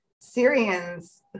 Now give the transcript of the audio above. Syrians